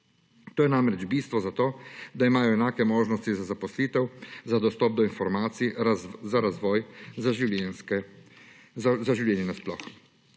To je namreč bistvo zato, da imajo enake možnosti za zaposlitev, za dostop do informacij, za razvoj za življenje na sploh.